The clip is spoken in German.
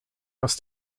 was